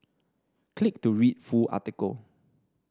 click to read full article